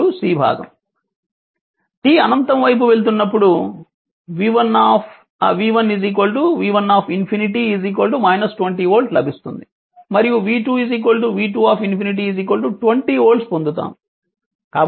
ఇప్పుడు భాగం t అనంతం వైపు వెళ్తున్నప్పుడు v1 v1∞ 20 వోల్ట్ లభిస్తుంది మరియు v2 v2∞ 20 వోల్ట్ ను పొందుతాము